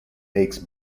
takes